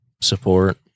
support